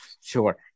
sure